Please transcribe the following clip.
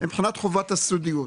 מבחינת חובת הסודיות.